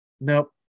nope